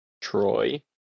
Troy